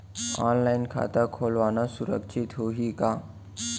Online खाता खोलना सुरक्षित होही का?